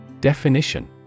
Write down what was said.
Definition